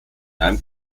einem